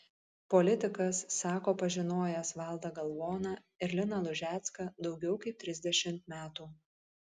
politikas sako pažinojęs valdą galvoną ir liną lužecką daugiau kaip trisdešimt metų